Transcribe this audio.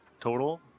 total